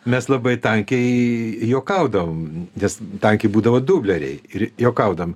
mes labai tankiai juokaudavom nes tankiai būdavo dubleriai ir juokaudavom